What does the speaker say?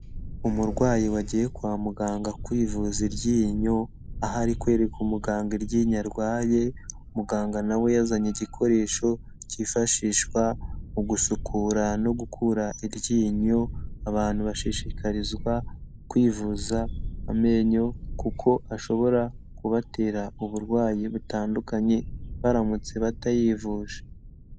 Umurwayi wagiye kwa muganga kwivuza iryinyo, aho ari kwereka umuganga iryinyo arwaye, muganga na we yazanye igikoresho kifashishwa mu gusukura no gukura iryinyo, abantu bashishikarizwa kwivuza amenyo kuko ashobora kubatera uburwayi butandukanye baramutse batayivuje.